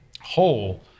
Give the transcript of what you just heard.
whole